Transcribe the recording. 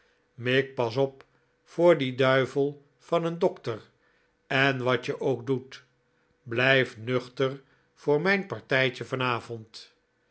mick pas op voor dien duivel van een dokter en wat je ook doet blijf nuchter voor mijn partijtje